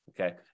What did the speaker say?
Okay